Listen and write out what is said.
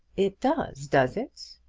it does does it?